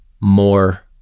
more